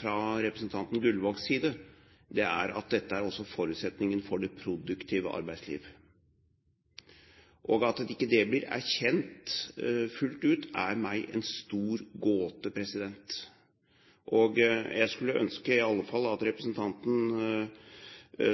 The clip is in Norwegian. fra representanten Gullvågs side, er at dette også er forutsetningen for det produktive arbeidsliv. At ikke det blir erkjent fullt ut, er for meg en stor gåte. Jeg skulle ønske i alle fall at representanten